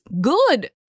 good